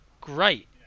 Great